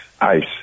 ice